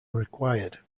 required